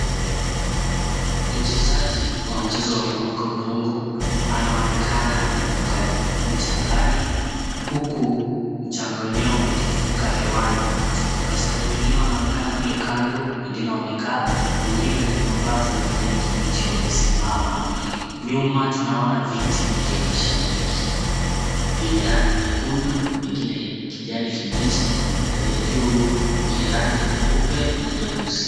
Mchezaji wa mchezo wa kuruka udongo anaonekana ameanguka mchangani huku mchanga wenyewe umetifuka hewani. Wachezaji wengine wanaonekana kule kando, wengine wamekaa, wengine wenye mavazi ya kijani kibichi wamesimama. Nyuma tunaona viti vya mashabiki vyenye rangi nyekundu vingine kijani kibichi na vya juu vyenye rangi nyeupe na nyeusi.